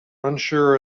unsure